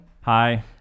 Hi